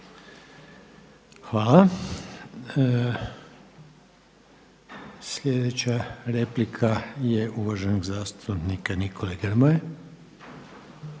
Hvala. Sljedeća replika je uvaženog zastupnika Nikole Grmoje.